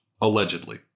Allegedly